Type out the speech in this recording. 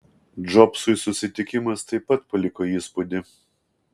džobsui susitikimas taip pat paliko įspūdį